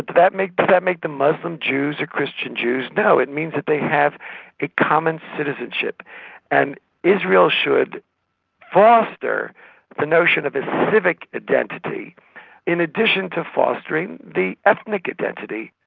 that make but that make them muslim jews or christian jews? no. it means that they have a common citizenship and israel should foster the notion of a civic identity in addition to fostering the ethnic identity.